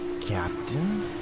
Captain